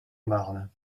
marne